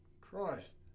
Christ